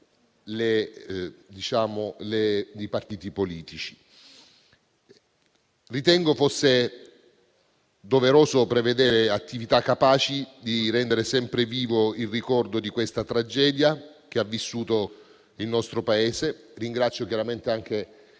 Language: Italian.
i partiti politici. Ritengo fosse doveroso prevedere attività capaci di rendere sempre vivo il ricordo di questa tragedia che ha vissuto il nostro Paese. Ringrazio chiaramente anche